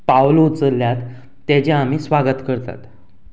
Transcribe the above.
पावलां उखल्ल्यांत तांची आमी स्वागत करतात